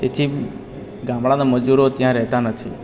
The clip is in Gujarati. તેથી ગામડાનાં મજૂરો ત્યાં રહેતાં નથી